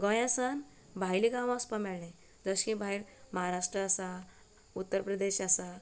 गोंयासान भायलें गांवां वचपा मेळ्ळें तशें भायर महाराष्ट्रा आसा उत्तर प्रदेश आसा